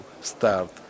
start